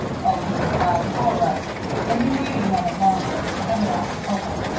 oh, he replied, all right but he waited a moment longer, evidently puzzled.